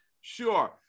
Sure